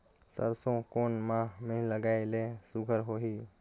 सरसो कोन माह मे लगाय ले सुघ्घर होही?